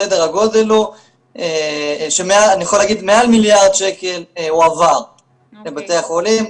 סדר הגודל הוא שמעל מיליארד שקל הועבר לבתי החולים,